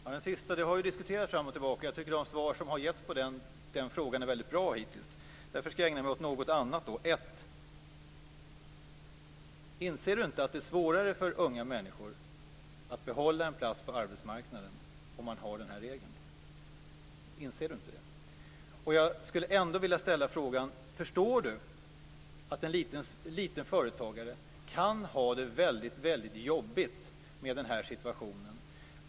Fru talman! Den sista frågan har ju diskuterats rätt mycket. Jag tycker att de svar som har getts på den frågan hittills har varit väldigt bra. Därför skall jag ägna mig åt något annat. Till att börja med: Inser du inte att det är svårare för unga människor att behålla en plats på arbetsmarknaden om man har den här regeln? Inser du inte det? Förstår du att en liten företagare kan ha det väldigt jobbigt med den här situationen?